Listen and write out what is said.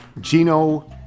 Gino